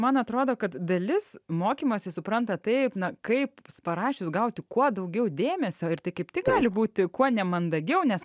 man atrodo kad dalis mokymąsi supranta taip na kaip parašius gauti kuo daugiau dėmesio ir tai kaip tik gali būti kuo nemandagiau nes